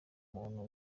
muntu